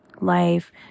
life